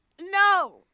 No